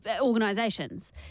organisations